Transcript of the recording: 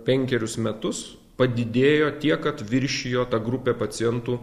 penkerius metus padidėjo tiek kad viršijo ta grupė pacientų